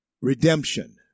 redemption